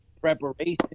preparation